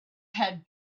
had